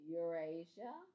Eurasia